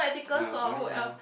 ya I only know